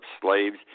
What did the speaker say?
slaves